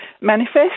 Manifest